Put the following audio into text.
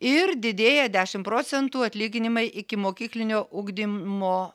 ir didėja dešimt procentų atlyginimai ikimokyklinio ugdymo